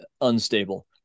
unstable